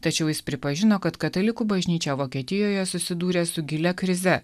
tačiau jis pripažino kad katalikų bažnyčia vokietijoje susidūrė su gilia krize